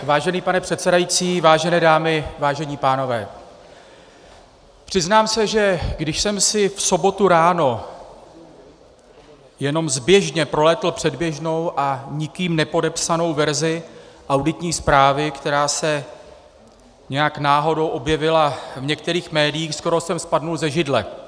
Vážený pane předsedající, vážené dámy, vážení pánové, přiznám se, že když jsem si v sobotu ráno jenom zběžně prolétl předběžnou a nikým nepodepsanou verzi auditní zprávy, která se nějak náhodou objevila v některých médiích, skoro jsem spadl ze židle.